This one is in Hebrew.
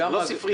זה לא ספרייה.